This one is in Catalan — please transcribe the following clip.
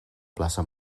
plaça